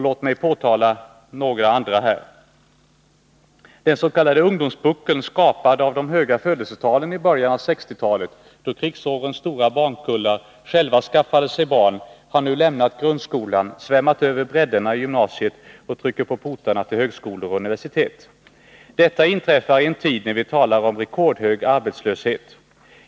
Låt mig påtala också några andra. Den s.k. ungdomspuckeln, skapad av de höga födelsetalen i början av 1960-talet, då krigsårens stora barnkullar själva skaffade sig barn, har nu lämnat grundskolan, svämmat över bräddarna i gymnasiet och trycker på portarna till högskolor och universitet. Detta inträffar i en tid när vi talar om rekordhög arbetslöshet.